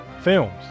films